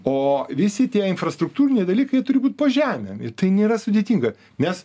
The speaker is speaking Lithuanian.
o visi tie infrastruktūriniai dalykai turi būt po žemėm ir tai nėra sudėtinga mes